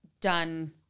done